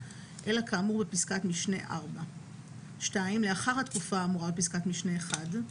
אלא כאמור בפסקת משנה (4); לאחר התקופה האמורה בפסקת משנה (1),